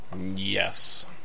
Yes